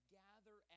gather